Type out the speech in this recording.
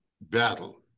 battle